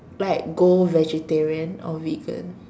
like go vegetarian or vegan